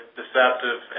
deceptive